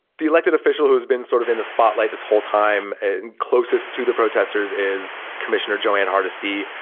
the elected official who has been sort of in the spotlight this whole time and closest to the protesters is commissioner joanne hardisty.